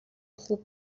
خوب